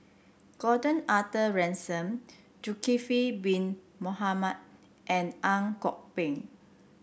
Gordon Arthur Ransome Zulkifli Bin Mohamed and Ang Kok Peng